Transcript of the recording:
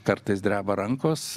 kartais dreba rankos